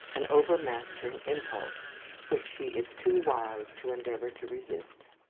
an overmastering impulse which she is too wise to endeavour to resist.